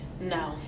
No